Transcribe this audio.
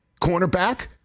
cornerback